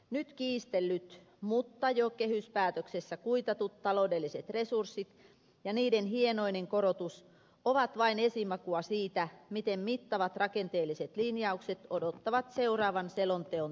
nyt kiistellyt mutta jo kehyspäätöksessä kuitatut taloudelliset resurssit ja niiden hienoinen korotus ovat vain esimakua siitä miten mittavat rakenteelliset linjaukset odottavat seuraavan selonteon tekijöitä